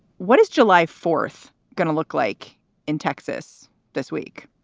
what is july fourth gonna look like in texas this week?